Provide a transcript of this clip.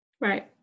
Right